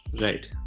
Right